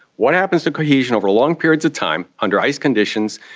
what happens to cohesion over long periods of time under ice conditions?